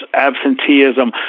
absenteeism